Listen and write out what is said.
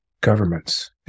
governments